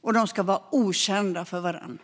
och de ska vara okända för varandra.